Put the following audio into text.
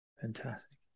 fantastic